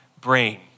brain